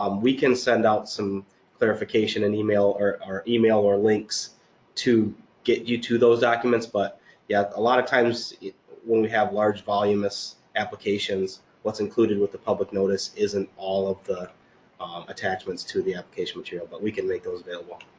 um we can send out some clarification in email, our email or links to get you to those documents. but yeah a lot of times when we have large volume applications what's included with the public notice isn't all of the attachments to the applications here but we can make those available.